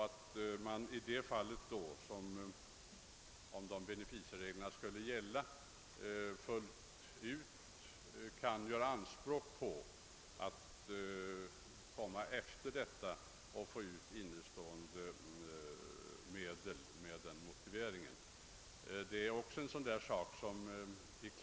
Även här bör det undersökas om inte klarare regler kan utformas.